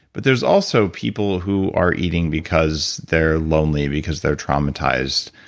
but there's also people who are eating because they're lonely, because they're traumatized,